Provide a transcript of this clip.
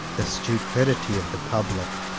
the stupidity of the public,